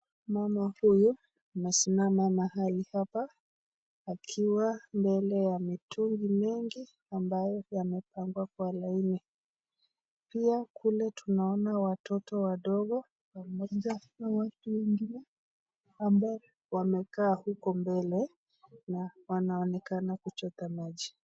Mama huyu amesimama mahali hapa akiwa mbele ya mitungi mengi ambayo yamepangwa kwa laini pia kule tunaona watoto wadogo wanajaza mitungi ambayo wamekaa huko mbele na wanaonekana kuchota maji.